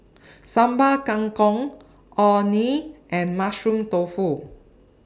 Sambal Kangkong Orh Nee and Mushroom Tofu